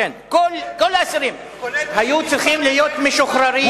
כן, כל האסירים היו צריכים להיות משוחררים.